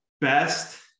Best